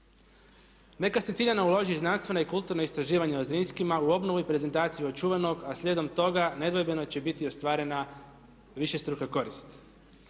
Neka se ciljano uloži i znanstvena i kulturna istraživanja o Zrinskima u obnovu i prezentaciju očuvanog a slijedom toga nedvojbeno će biti ostvarena višestruka korist.